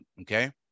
okay